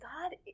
god